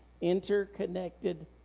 interconnected